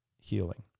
healing